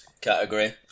category